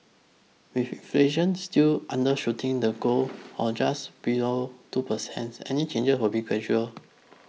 with inflation still undershooting the goal of just below two percent any change will be gradual